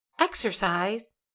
exercise